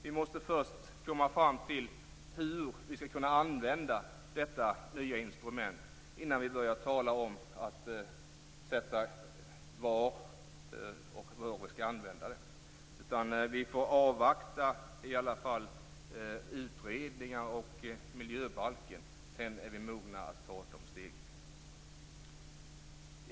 Vi måste först komma fram till hur vi skall kunna använda detta nya instrument innan vi börjar tala om var vi skall använda det. Vi får avvakta utredningar och miljöbalken, sedan är vi mogna att ta de stegen.